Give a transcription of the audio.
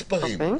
לא מספרים,